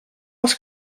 els